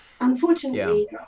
unfortunately